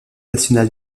national